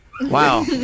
wow